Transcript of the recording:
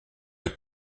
est